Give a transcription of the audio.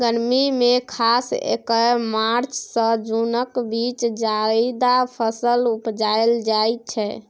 गर्मी मे खास कए मार्च सँ जुनक बीच जाएद फसल उपजाएल जाइ छै